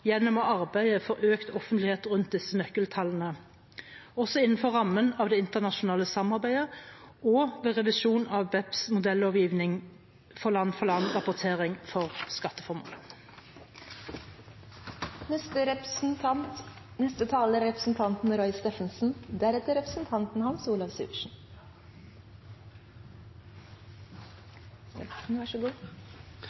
gjennom å arbeide for økt offentlighet rundt disse nøkkeltallene, også innenfor rammen av det internasjonale samarbeidet og ved revisjon av BEPS-modellovgivning for land-for-land-rapportering for skatteformål. La meg først få takke saksordføreren og komiteen for den enigheten som i dag er